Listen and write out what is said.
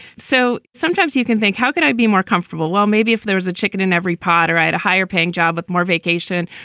so sometimes you can think, how can i be more comfortable? well, maybe if there's a chicken in every pot or at a higher paying job with more vacation,